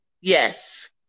Yes